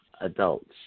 adults